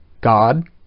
God